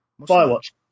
Firewatch